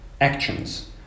actions